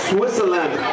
Switzerland